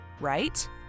right